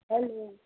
hello